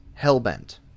Hellbent